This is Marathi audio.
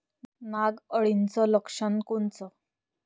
नाग अळीचं लक्षण कोनचं?